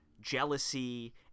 jealousy